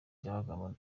byabagamba